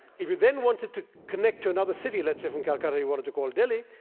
if you then wanted to connect to another city, let's say from calcutta you wanted to call delhi,